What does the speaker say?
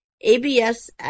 abs